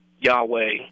Yahweh